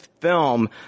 film